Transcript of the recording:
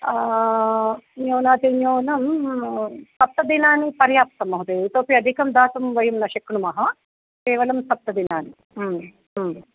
न्यूनातिन्यूनं सप्तदिनानि पर्याप्तं महोदय इतोपि अधिकं दातुं वयं न शक्नुमः केवलं सप्तदिनानि